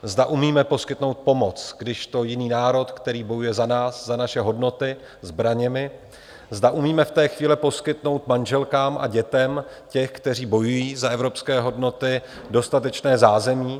Zda umíme poskytnout pomoc, když to jiný národ, který bojuje za nás, za naše hodnoty, zbraněmi, zda umíme v té chvíli poskytnout manželkám a dětem těch, kteří bojují za evropské hodnoty, dostatečné zázemí.